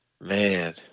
Man